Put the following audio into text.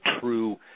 true